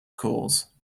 cause